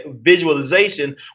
visualization